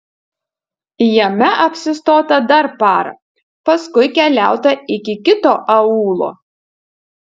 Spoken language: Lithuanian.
jame apsistota dar parą paskui keliauta iki kito aūlo